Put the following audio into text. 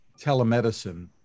telemedicine